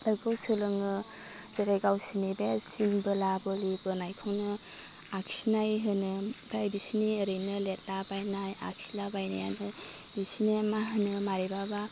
बेखौ सोलोङो जेरै गावसोनि बे सिन बोला बोलि बोनायखौनो आखिनाय होनो आमफ्राय बिसिनि ओरैनो लिदलाबायनाय आखिलाबायनायानो बिसोनिया मा होनो मायबाबा